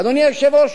אדוני היושב-ראש,